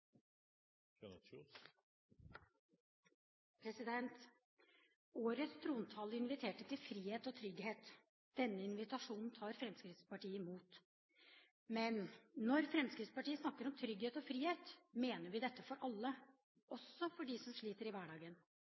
gjøre. Årets trontale inviterte til frihet og trygghet. Denne invitasjonen tar Fremskrittspartiet imot. Men – når Fremskrittspartiet snakker om trygghet og frihet, mener vi dette for alle, også for dem som sliter i